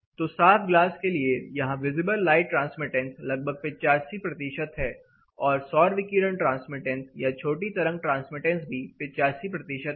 तो साफ ग्लास के लिए यहां विजिबल लाइट ट्रांसमिटेंस लगभग 85 है और सौर विकिरण ट्रांसमिटेंस या छोटी तरंग ट्रांसमिटेंस भी 85 है